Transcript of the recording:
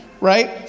right